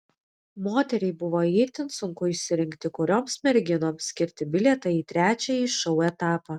moteriai buvo itin sunku išsirinkti kurioms merginoms skirti bilietą į trečiąjį šou etapą